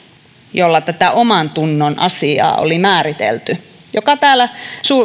jolla tätä omantunnon asiaa oli määritelty joka täällä